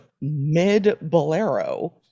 mid-Bolero